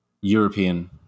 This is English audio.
European